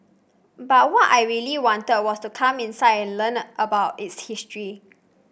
but what I really wanted was to come inside and learn about its history